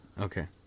Okay